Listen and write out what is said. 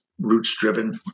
roots-driven